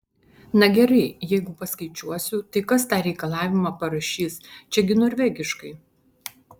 na gerai jeigu paskaičiuosiu tai kas tą reikalavimą parašys čia gi norvegiškai